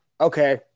Okay